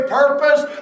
purpose